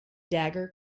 dagger